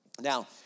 Now